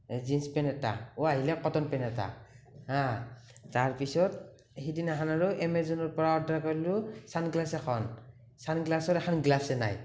এই jeans pant এটা অ' আহিলে কটন পেণ্ট এটা হাঁ তাৰপাছত সিদিনাখন আৰু এমাজনৰ পৰা অৰ্ডাৰ কৰিলোঁ ছানগ্লাছ এখন ছানগ্লাছৰ এখন গ্লাছেই নাই